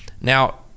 Now